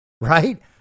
right